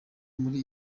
muri